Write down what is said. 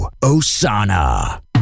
Osana